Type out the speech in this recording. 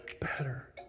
better